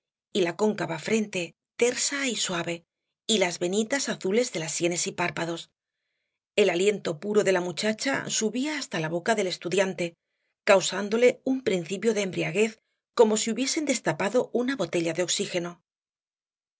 y la cóncava frente tersa y suave y las venitas azules de las sienes y párpados el aliento puro de la muchacha subía hasta la boca del estudiante causándole un principio de embriaguez como si hubiesen destapado una botella de oxígeno fué